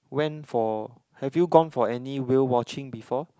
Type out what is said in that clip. went for have you gone for any whale watching before